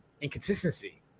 inconsistency